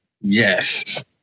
Yes